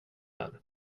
här